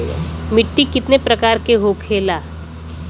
मिट्टी कितने प्रकार के होखेला?